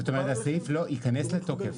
זאת אומרת, הסעיף ייכנס לתוקף.